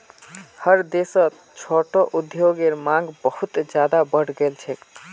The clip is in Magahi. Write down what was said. हर देशत छोटो उद्योगेर मांग बहुत ज्यादा बढ़ गेल छेक